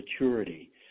maturity